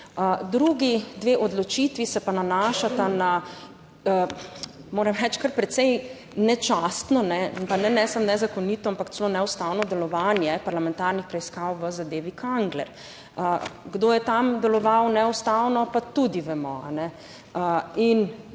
Drugi dve odločitvi se pa nanašata na, moram reči, kar precej nečastno, pa ne samo nezakonito, ampak celo neustavno delovanje parlamentarnih preiskav v zadevi Kangler. Kdo je tam deloval neustavno, pa tudi vemo.